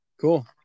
cool